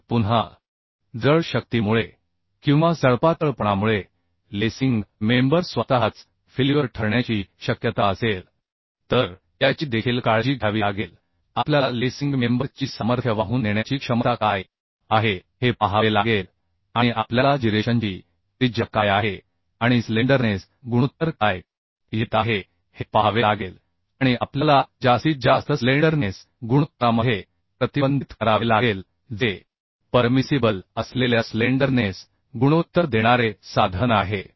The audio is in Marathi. मग पुन्हा जड शक्तीमुळे किंवा स्लेन्डरनेस मुळे लेसिंग मेंबर स्वतःच फेल्युअर ठरण्याची शक्यता असेल तर याची देखील काळजी घ्यावी लागेल आपल्याला लेसिंग मेंबर ची सामर्थ्य वाहून नेण्याची क्षमता काय आहे हे पाहावे लागेल आणि आपल्याला जिरेशनची त्रिज्या काय आहे आणि स्लेंडरनेस गुणोत्तर काय येत आहे हे पाहावे लागेल आणि आपल्याला जास्तीत जास्त स्लेंडरनेस गुणोत्तरामध्ये प्रतिबंधित करावे लागेल जे परमिसिबल असलेल्या स्लेंडरनेस गुणोत्तर देणारे साधन आहे